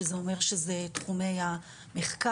שזה אומר שזה תחומי המחקר,